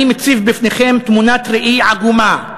אני מציב בפניכם תמונת ראי עגומה,